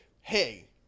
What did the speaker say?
hey